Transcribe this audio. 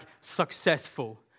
successful